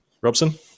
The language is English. Robson